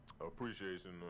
appreciation